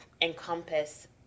encompass